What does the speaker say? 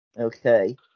Okay